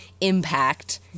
impact